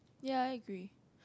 ya I agree